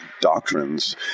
doctrines